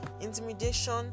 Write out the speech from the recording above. Intimidation